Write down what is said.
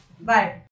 bye